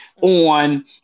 on